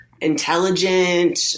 intelligent